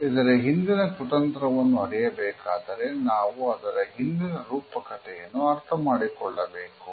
ಇದರ ಹಿಂದಿನ ಕುತಂತ್ರವನ್ನು ಅರಿಯಬೇಕಾದರೆ ನಾವು ಅದರ ಹಿಂದಿನ ರೂಪ ಕಥೆಗಳನ್ನು ಅರ್ಥಮಾಡಿಕೊಳ್ಳಬೇಕು